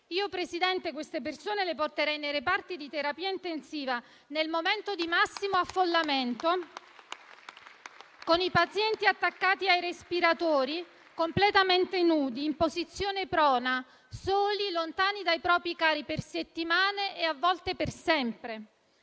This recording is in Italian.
Presidente, io queste persone le porterei nei reparti di terapia intensiva nel momento di massimo affollamento, con i pazienti attaccati ai respiratori, completamente nudi in posizione prona, soli, lontani dai propri cari per settimane e, a volte, per sempre.